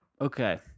okay